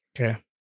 okay